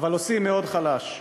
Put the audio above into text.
אבל עושים מאוד חלש.